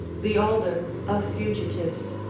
the alder of fugitives,